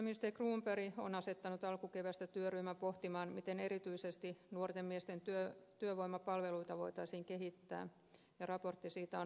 työministeri cronberg on asettanut alkukeväästä työryhmän pohtimaan miten erityisesti nuorten miesten työvoimapalveluita voitaisiin kehittää ja raportti siitä on valmistunut